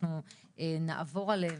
אנחנו נעבור על זה,